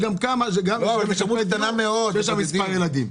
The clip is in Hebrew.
יש שם גם כמה משפרי דיור שיש שם מספר ילדים.